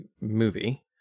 movie